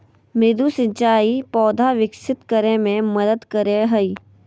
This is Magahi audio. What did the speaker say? मृदु सिंचाई पौधा विकसित करय मे मदद करय हइ